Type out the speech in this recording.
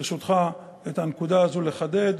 ברשותך, את הנקודה הזאת לחדד.